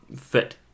fit